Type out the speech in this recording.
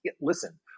listen